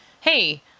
hey